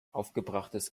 aufgebrachtes